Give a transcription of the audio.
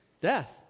death